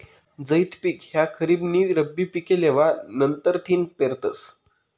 झैद पिक ह्या खरीप नी रब्बी पिके लेवा नंतरथिन पेरतस